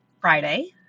Friday